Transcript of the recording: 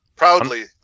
Proudly